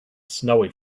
snowy